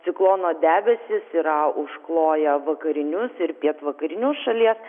ciklono debesys yra užkloję vakarinius ir pietvakarinius šalies